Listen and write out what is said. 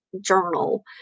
journal